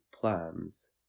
plans